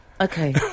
Okay